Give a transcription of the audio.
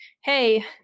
hey